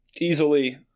easily